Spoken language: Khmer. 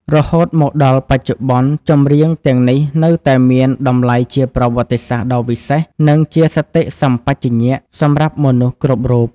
រហូតមកដល់បច្ចុប្បន្ន ចម្រៀងទាំងនេះនៅតែមានតម្លៃជាប្រវត្តិសាស្ត្រដ៏វិសេស និងជាសតិសម្បជញ្ញៈសម្រាប់មនុស្សគ្រប់រូប។